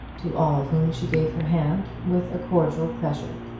to all of whom she gave her hand with a cordial pressure.